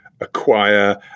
acquire